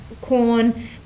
corn